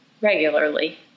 regularly